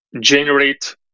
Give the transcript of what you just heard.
generate